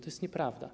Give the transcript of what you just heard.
To jest nieprawda.